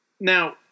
Now